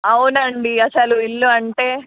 అవునండీ అసలు ఇల్లు అంటే